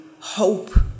hope